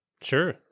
Sure